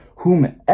Whomever